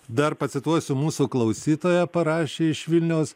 dar pacituosiu mūsų klausytoja parašė iš vilniaus